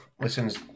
listens